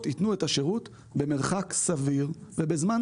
ייתנו את השירות במרחק סביר מבתי התושבים.